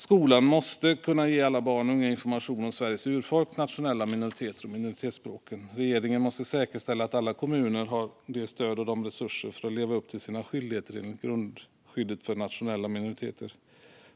Skolan måste kunna ge alla barn och unga information om Sveriges urfolk, nationella minoriteter och minoritetsspråken. Regeringen måste säkerställa att alla kommuner får det stöd och de resurser de behöver för att leva upp till sina skyldigheter enligt grundskyddet för nationella minoriteter.